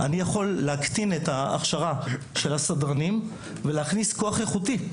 אני יכול להקטין את ההכשרה של הסדרנים ולהכניס כוח איכותי.